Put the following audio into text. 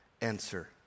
Answer